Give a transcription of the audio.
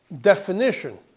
definition